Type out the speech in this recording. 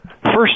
First